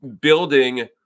Building